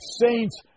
saints